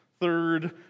Third